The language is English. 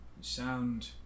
sound